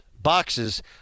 boxes